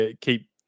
Keep